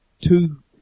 two